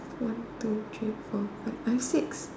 one two three four five I have six